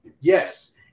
yes